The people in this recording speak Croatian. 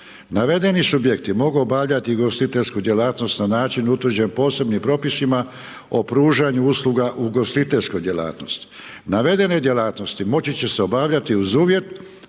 Navedeni subjekti mogu obavljati ugostiteljsku djelatnost na način utvrđen posebnim propisima o pružanju usluga u ugostiteljskoj djelatnosti. Navedene djelatnosti moći će se obavljati uz uvjet